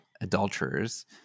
adulterers